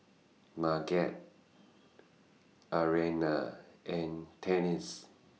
Marget Arianna and Tennie's